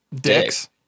Dicks